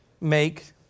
make